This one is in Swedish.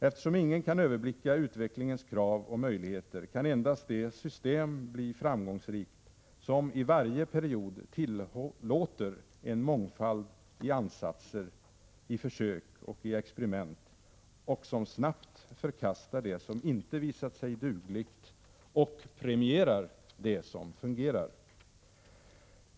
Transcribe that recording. Eftersom ingen kan överblicka utvecklingens krav och möjligheter, kan endast det system bli framgångsrikt som i varje period tillåter en mångfald i ansatser, i försök och i experiment, som snabbt förkastar det som inte visat sig dugligt och premierar det som fungerar.